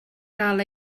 gael